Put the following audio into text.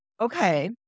okay